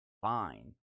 fine